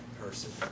person